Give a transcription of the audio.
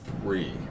three